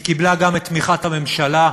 והיא קיבלה גם את תמיכת הממשלה,